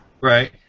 Right